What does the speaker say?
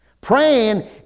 Praying